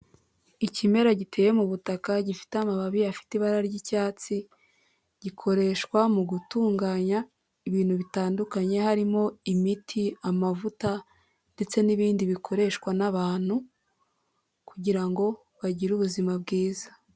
Ikimera giteye mu butaka gifite amababi afite ibara ry'icyatsi, gikoreshwa mu gutunganya ibintu bitandukanye harimo imiti, amavuta ndetse n'ibindi bikoreshwa n'abantu kugira ngo bagire ubuzima bwiza.